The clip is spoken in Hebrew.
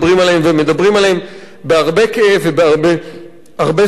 ומדברים עליהן בהרבה כאב ובהרבה סולידריות,